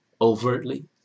overtly